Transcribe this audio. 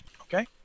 Okay